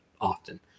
often